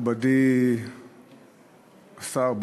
מכובדי השר,